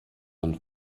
und